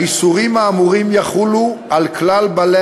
האיסורים האמורים יחולו על כלל בעלי